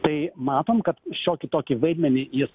tai matom kad šiokį tokį vaidmenį jis